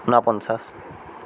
ঊনপঞ্চাছ